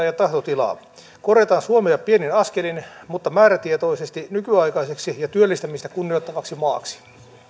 ja tahtotilaa korjataan suomea pienin askelin mutta määrätietoisesti nykyaikaiseksi ja työllistämistä kunnioittavaksi maaksi